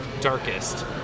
darkest